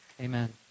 amen